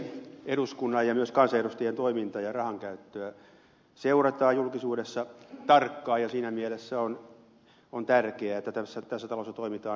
eduskunnan ja myös kansanedustajien toimintaa ja rahankäyttöä seurataan julkisuudessa tarkkaan ja siinä mielessä on tärkeää että tässä talossa toimitaan esimerkillisesti